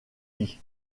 vie